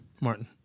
Martin